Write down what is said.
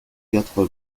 quatre